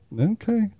okay